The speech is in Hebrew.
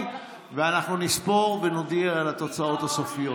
ואנחנו נספור ונודיע על התוצאות הסופיות.